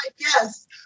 Yes